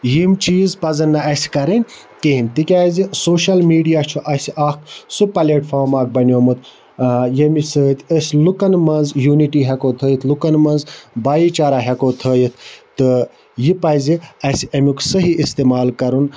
یِم چیٖز پَزَن نہٕ اَسہِ کَرٕنۍ کِہیٖنۍ تکیازِ سوشَل میٖڈیا چھُ اَسہِ اَکھ سُہ پَلیٹفارم اَکھ بَنیومُت ییٚمہِ سۭتۍ أسۍ لُکَن مَنٛز یوٗنِٹی ہٮ۪کو تھٲیِتھ لُکَن مَنٛز بھایی چارہ ہٮ۪کو تھٲیِتھ تہٕ یہِ پَزِ اَسہِ امیُک صحیح استعمال کَرُن